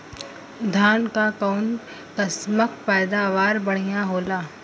धान क कऊन कसमक पैदावार बढ़िया होले?